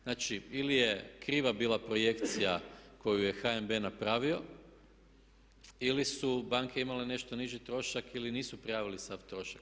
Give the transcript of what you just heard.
Znači ili je kriva bila projekcija koju je HNB napravio ili su banke imale nešto niži trošak ili nisu prijavili sav trošak.